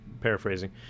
paraphrasing